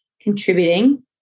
contributing